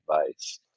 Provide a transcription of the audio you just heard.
advice